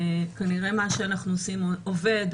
כנראה מה שאנחנו עושים עובד.